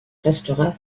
restera